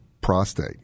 prostate